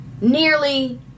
nearly